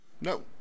No